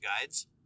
Guides